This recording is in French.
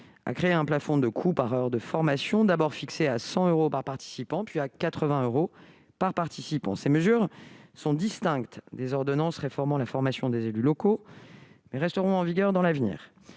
a créé un plafond de coût par heure de formation, d'abord fixée à 100 euros, puis à 80 euros par participant. Ces mesures sont distinctes des ordonnances réformant la formation des élus locaux, mais resteront en vigueur à l'avenir.